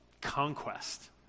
conquest